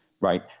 right